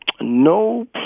No